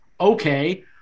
Okay